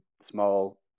small